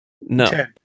No